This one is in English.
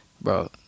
bro